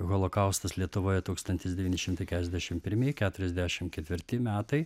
holokaustas lietuvoje tūkstantis devyni šimtai keturiasdešim pirmi keturiasdešim ketvirti metai